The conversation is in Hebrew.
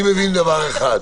אני מבין דבר אחד.